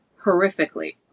horrifically